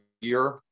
year